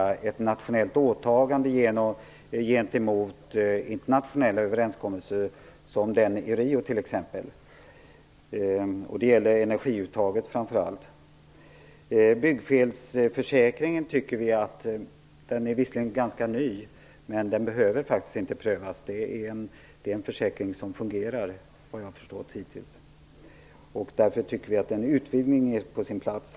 Det är ett nationellt åtagande gentemot internationella överenskommelser som t.ex. den i Rio. Det gäller framför allt energiuttaget. Byggfelsförsäkringen är visserligen ganska ny, men vi tycker faktiskt inte att den behöver prövas. Vad jag förstått hittills är det en försäkring som fungerar. Därför tycker vi att en utvidgning är på sin plats.